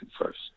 first